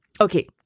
Okay